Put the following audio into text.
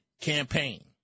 campaign